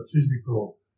physical